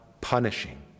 punishing